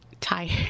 tired